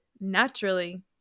naturally